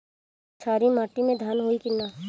क्षारिय माटी में धान होई की न?